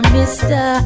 Mister